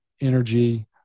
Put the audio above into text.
energy